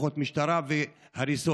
כוחות משטרה והריסות.